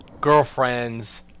girlfriend's